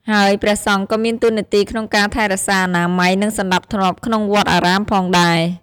ហើយព្រះសង្ឃក៏មានតួនាទីក្នុងការថែរក្សាអនាម័យ និងសណ្ដាប់ធ្នាប់ក្នុងវត្តអារាមផងដែរ។